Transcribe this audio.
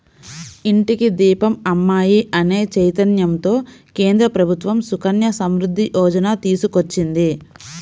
ఇంటికి దీపం అమ్మాయి అనే చైతన్యంతో కేంద్ర ప్రభుత్వం సుకన్య సమృద్ధి యోజన తీసుకొచ్చింది